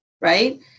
right